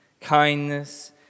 kindness